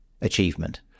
achievement